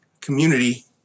community